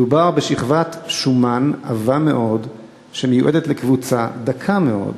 מדובר בשכבת שומן עבה מאוד שמיועדת לקבוצה דקה מאוד.